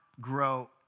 grow